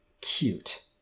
Cute